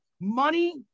money